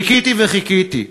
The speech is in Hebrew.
חיכיתי וחיכיתי,